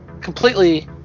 completely